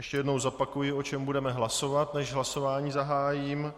Ještě jednou zopakuji, o čem budeme hlasovat, než hlasování zahájím.